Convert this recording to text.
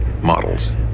models